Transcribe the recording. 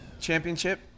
Championship